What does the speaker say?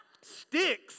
Sticks